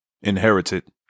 Inherited